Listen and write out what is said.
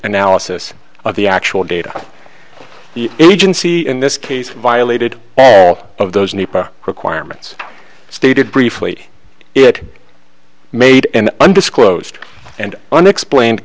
analysis of the actual data the agency in this case violated all of those nepa requirements stated briefly it made an undisclosed and unexplained